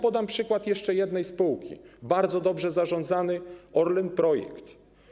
Podam przykład jeszcze jednej spółki: bardzo dobrze zarządzany Orlen Projekt.